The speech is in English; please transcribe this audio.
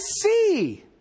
see